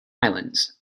islands